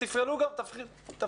תפעילו גם אותם,